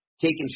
taking